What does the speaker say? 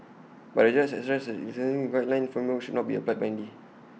but the judge stressed that the sentencing guideline should not be applied blindly